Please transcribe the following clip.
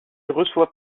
reçoit